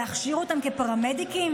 להכשיר אותם כפרמדיקים,